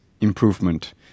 improvement